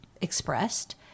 expressed